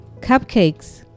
cupcakes